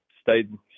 stayed